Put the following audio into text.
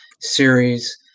series